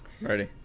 Ready